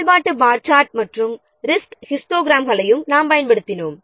செயல்பாட்டு bar chart மற்றும் resource ஹிஸ்டோகிராம்களையும் நாம் பயன்படுத்தியுள்ளோம்